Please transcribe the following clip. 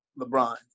LeBron